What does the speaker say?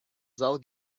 зал